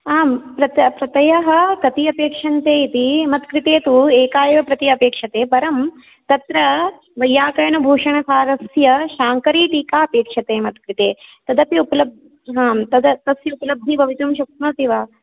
आम् प्रतयः कति अपेक्षन्ते इति मत्कृते तु एका एव प्रति अपेक्षते परं तत्र वैय्याकरणभूषणसारस्य शाङ्करीटीका अपेक्षते मत्कृते तदपि आं तस्य उपलब्धिः भवितुं शक्नोति वा